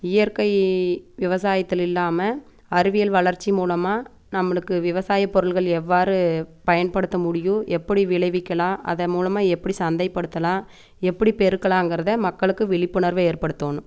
இயற்கை விவசாயத்தில் இல்லாமல் அறிவியல் வளர்ச்சி மூலமாக நம்மளுக்கு விவசாய பொருள்கள் எவ்வாறு பயன்படுத்த முடியும் எப்படி விளைவிக்கிலாம் அதன் மூலமாக எப்படி சந்தை படுத்தலாம் எப்படி பெருக்கலாங்கிறத மக்களுக்கு விழிப்புணர்வை ஏற்படுத்தணும்